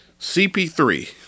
CP3